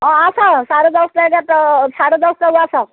ହଁ ଆସ ସାଢ଼େ ଦଶଟା ଏଗାରଟା ସାଢ଼େ ଦଶଟାକୁ ଆସ